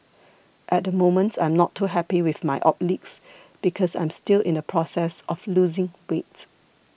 at the moment I'm not too happy with my obliques because I'm still in the process of losing weight